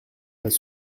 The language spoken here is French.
pas